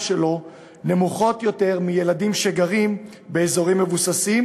שלו נמוכות יותר משל ילדים שגרים באזורים מבוססים,